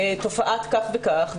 תופעת כך וכך,